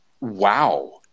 Wow